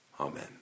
Amen